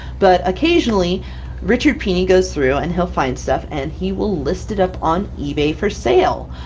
but occasionally richard pini goes through, and he'll find stuff, and he will list it up on ebay for sale.